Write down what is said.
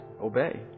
obey